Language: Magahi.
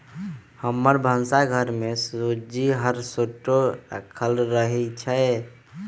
हमर भन्सा घर में सूज्ज़ी हरसठ्ठो राखल रहइ छै